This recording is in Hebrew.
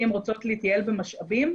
כי הן רוצות להתייעל במשאבים,